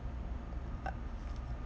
uh